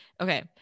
okay